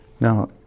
Now